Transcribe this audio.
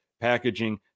packaging